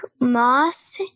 moss